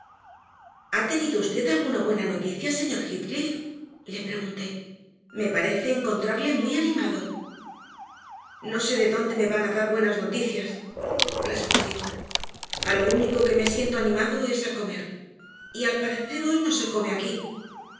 ha tenido usted alguna buena noticia señor heathcliff le pregunté me parece encontrarle muy animado no sé de dónde me van a dar buenas noticias respondió a lo único que me siento animado es a comer y al parecer hoy no se come aquí